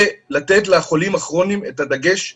ולתת לחולים הכרוניים את הדגש המיוחד,